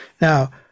Now